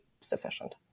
sufficient